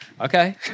Okay